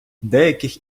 деяких